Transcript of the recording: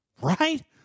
Right